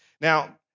Now